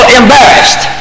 embarrassed